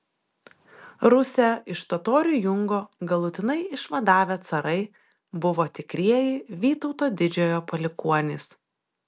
rusią iš totorių jungo galutinai išvadavę carai buvo tikrieji vytauto didžiojo palikuonys